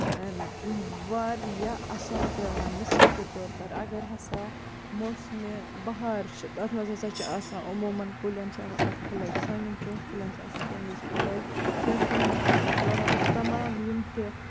واریاہ اَثر پیوان مِثال کے طور پَر اَگر ہسا موسمہِ بَہار چھُ تَتھ منٛز ہسا چھِ آسان عموٗمَاً کُلین چھِ آسان پھٔلَے سانین ژوٗنٹھ کُلین چھِ آسان تَمہِ وِزِ پھٔلَے ژیرٕ کُلین چھِ آسان پھٔلَے مطلب تَمام یِم تہِ